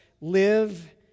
live